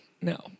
No